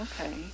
okay